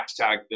hashtag